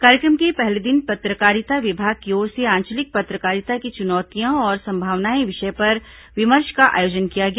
कार्यक्रम के पहले दिन पत्रकारिता विभाग की ओर से आंचलिक पत्रकारिता की चुनौतियां और संभावनाएं विषय पर विमर्श का आयोजन किया गया